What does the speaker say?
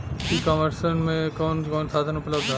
ई कॉमर्स में कवन कवन साधन उपलब्ध ह?